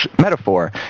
metaphor